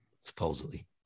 supposedly